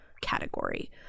category